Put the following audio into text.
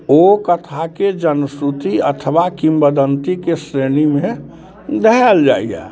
् ओ कथाके जनश्रुति अथवा किम्वदन्तीके श्रेणीमे धयल जाइए